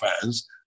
fans